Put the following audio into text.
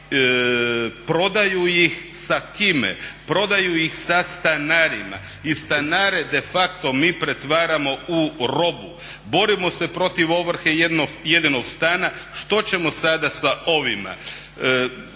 prodaju ih sa kime? Prodaju ih sa stanarima. I stanare defacto mi pretvaramo u robu. Borimo se protiv ovrhe jedinog stana, što ćemo sada sa ovima?